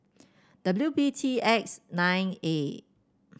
W B T X nine A